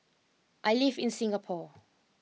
I live in Singapore